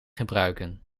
gebruiken